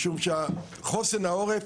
משום שחוסן העורף